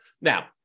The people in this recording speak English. Now